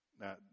Now